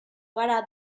gara